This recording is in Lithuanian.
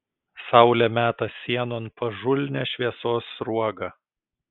saulė meta sienon pažulnią šviesos sruogą